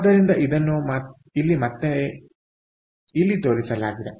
ಆದ್ದರಿಂದ ಇದನ್ನು ಇಲ್ಲಿ ಮತ್ತೆ ಇಲ್ಲಿ ತೋರಿಸಲಾಗಿದೆ